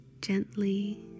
gently